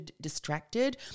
distracted